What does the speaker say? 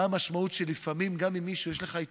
מה המשמעות שלפעמים גם אם יש לך עם